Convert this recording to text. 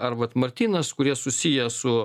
ar vatmartynas kurie susiję su